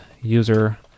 user